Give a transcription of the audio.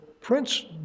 prince